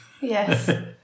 Yes